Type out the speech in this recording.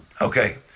Okay